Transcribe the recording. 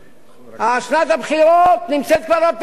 שנת הבחירות נמצאת כבר בפתח,